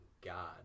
God